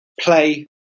play